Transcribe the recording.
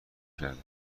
کرده